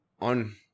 on